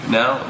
now